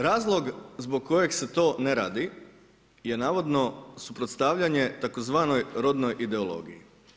Razlog zbog kojeg se to ne radi, je navodno, suprotstavljanje, tzv. rodnoj ideologiji.